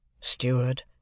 steward